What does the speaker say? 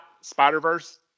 Spider-Verse